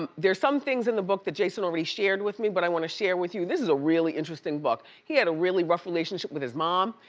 um there's some things in the book that jason already shared with me but i wanna share with you. this is a really interesting book. he had a really rough relationship with his mom.